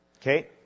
okay